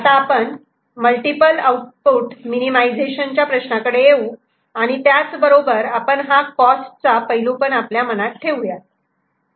आता आपण multiple output minimisation च्या प्रश्नाकडे येऊ आणि त्याचबरोबर आपण हा कॉस्टचा पैलू पण आपल्या मनात ठेवू यात